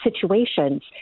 situations